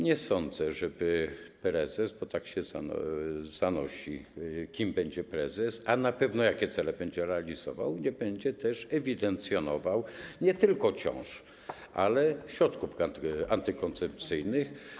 Nie sądzę, że prezes - bo zanosi się na to, kim będzie prezes, a na pewno na to, jakie cele będzie realizował - nie będzie też ewidencjonował nie tylko ciąż, ale i środków antykoncepcyjnych.